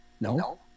No